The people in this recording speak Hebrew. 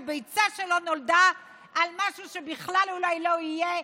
על ביצה שלא נולדה, על משהו שבכלל אולי לא יהיה,